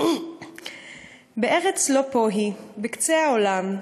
"בארץ לאפוהי, בקצה העולם,